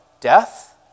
Death